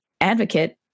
advocate